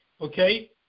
okay